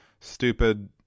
stupid